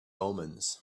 omens